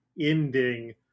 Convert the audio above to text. ending